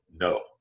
No